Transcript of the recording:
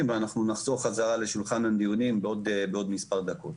ואנחנו נחזור חזרה לשולחן הדיונים בעוד מספר דקות.